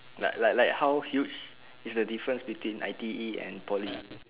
like like like how huge is the difference between I_T_E and poly